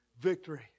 Victory